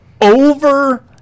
over